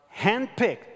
handpicked